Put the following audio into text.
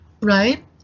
right